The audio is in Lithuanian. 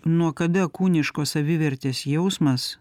nuo kada kūniškos savivertės jausmas